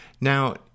Now